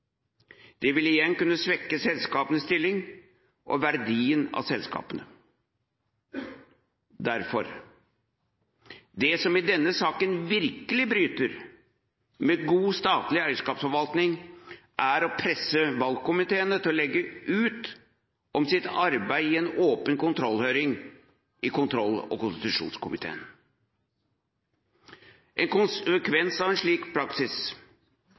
Det vil igjen kunne svekke selskapenes stilling og verdien av selskapene. Derfor: Det som i denne saken virkelig bryter med god statlig eierskapsforvaltning, er å presse valgkomiteene til å legge ut om sitt arbeid i en åpen kontrollhøring i kontroll- og konstitusjonskomiteen. En konsekvens av en slik praksis,